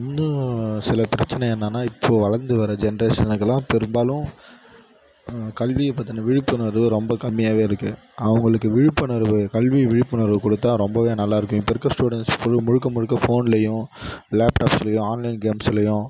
இன்னும் சில பிரச்சனை என்னனால் இப்போது வளர்ந்து வர ஜென்ரெஷனுக்கெல்லாம் பெரும்பாலும் கல்வியைப் பற்றின விழிப்புணர்வு ரொம்ப கம்மியாகவே இருக்குது அவங்களுக்கு விழிப்புணர்வு கல்வி விழிப்புணர்வு கொடுத்தால் ரொம்பவே நல்லா இருக்கும் இப்போ இருக்கற ஸ்டூடெண்ட்ஸ் முழுக்க முழுக்க ஃபோன்லையும் லேப்டாப்ஸ்லையும் ஆன்லைன் கேம்ஸ்லையும்